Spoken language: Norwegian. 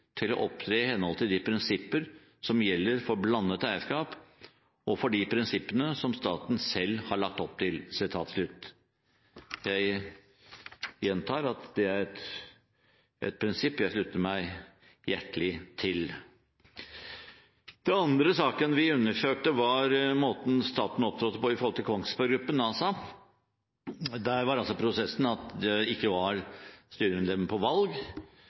plikt å opptre i henhold til de prinsippene som gjelder for blandet eierskap, og for de prinsippene som staten selv har lagt opp til.» Jeg gjentar at det er et prinsipp jeg slutter meg hjertelig til. Den andre saken vi undersøkte, var måten staten opptrådte på overfor Kongsberg Gruppen ASA. Der var det ikke styremedlemmer på valg.